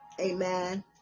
amen